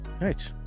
right